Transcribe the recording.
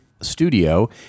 studio